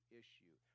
issue